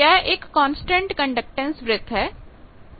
यह एक constant conductance वृत्त है